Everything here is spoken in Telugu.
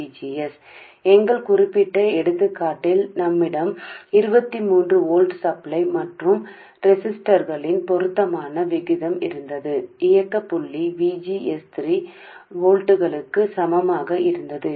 మరియు మా ప్రత్యేక ఉదాహరణలో మాకు 23 వోల్ట్ల సరఫరా మరియు రెసిస్టర్లు తగిన నిష్పత్తి ఆపరేటింగ్ పాయింట్ VGS 3 వోల్ట్ల సమానం